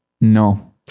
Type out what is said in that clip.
No